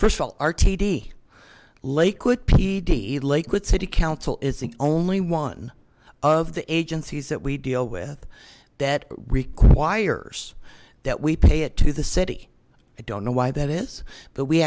first of all rtd lakewood pd lakewood city council is the only one of the agencies that we deal with that requires that we pay it to the city i don't know why that is but we